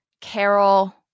Carol